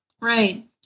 Right